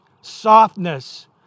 softness